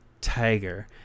tiger